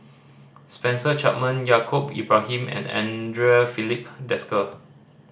Spencer Chapman Yaacob Ibrahim and Andre Filipe Desker